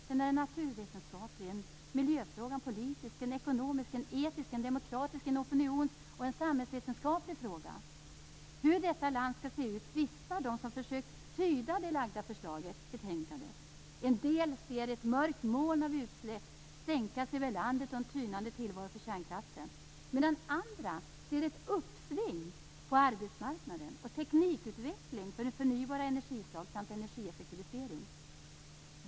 Den är en naturvetenskaplig fråga, en miljöfråga, en politisk fråga, en ekonomisk fråga, en etisk fråga, en demokratisk fråga, en opinionsfråga och en samhällsvetenskaplig fråga. Om hur detta land skall se ut tvistar de som har försökt att tyda det framlagda förlaget i betänkandet. En del ser ett mörkt moln av utsläpp sänka sig över landet och en tynande tillvaro för kärnkraften medan andra ser ett uppsving på arbetsmarknaden och en teknikutveckling för förnybara energislag samt en energieffektivisering.